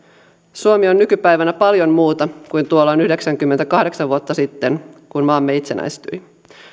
suomi on nykypäivänä paljon muuta kuin tuolloin yhdeksänkymmentäkahdeksan vuotta sitten kun maamme itsenäistyi